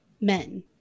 men